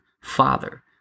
father